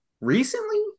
Recently